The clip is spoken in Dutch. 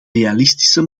realistische